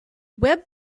web